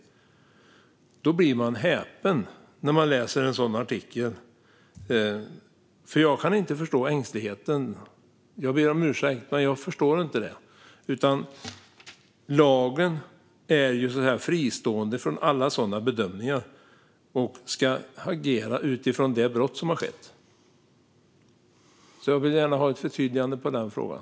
Jag blir häpen när jag läser en sådan artikel, för jag kan inte förstå ängsligheten. Jag ber om ursäkt, men jag förstår den inte. Lagen är ju fristående från alla sådana bedömningar. Rättsväsendet ska agera utifrån det brott som har begåtts. Jag vill gärna ha ett förtydligande i den frågan.